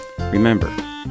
Remember